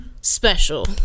special